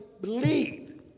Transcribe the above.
believe